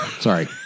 Sorry